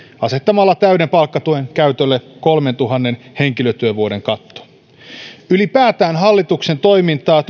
asettamalla täyden palkkatuen käytölle kolmentuhannen henkilötyövuoden katto ylipäänsä hallituksen toimintaa